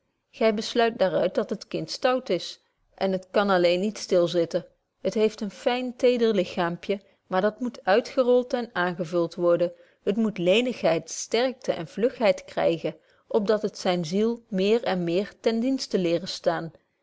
gy besluit daar uit dat het kind stout is en t kan alleen niet stil zitten het heeft een fyn teder lichaampje maar dat moet uitgerolt en aangevult worden het moet lenigheid sterkte en vlugheid krygen op dat het zyne ziel meer en meer ten dienste lere staan